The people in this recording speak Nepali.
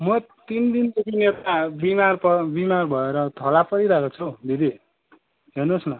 म तिन दिनदेखिन् यता बिमार प बिमार भएर थला परिरहेको छु हौ दिदी हेर्नुहोस् न